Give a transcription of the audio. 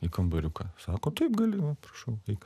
į kambariuką sako taip gali va prašau eik